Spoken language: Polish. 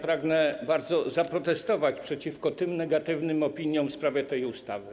Pragnę mocno zaprotestować przeciwko negatywnym opiniom w sprawie tej ustawy.